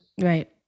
Right